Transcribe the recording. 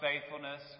faithfulness